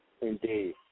Indeed